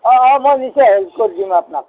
অঁ অঁ মই নিশ্চয় হেৰি কৰি দিম আপোনাক